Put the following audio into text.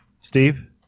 Steve